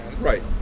Right